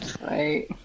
Right